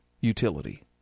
utility